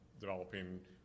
developing